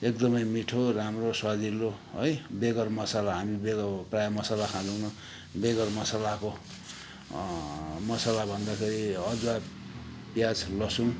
एकदमै मिठो राम्रो स्वादिलो है बेगर मसला हामी बेगर प्राय मसला खाँदैनौँ बेगर मसलाको मसला भन्दाखेरि अझ प्याज लसुन